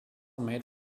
made